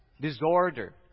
disorder